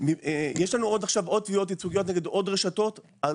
יש לנו עוד תביעות ייצוגיות נגד עוד רשתות על